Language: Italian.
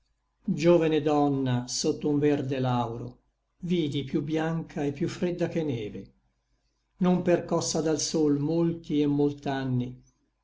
giovene donna sotto un verde lauro vidi più biancha et piú fredda che neve non percossa dal sol molti et molt'anni